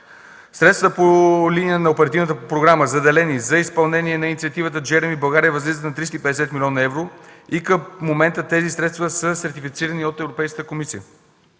Средствата по линия на оперативната програма, заделени за изпълнение на инициативата „Джереми България”, възлизат на 350 млн. евро и към момента тези средства са сертифицирани от Европейската комисия.